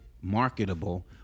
marketable